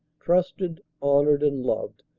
trusted, honored and loved,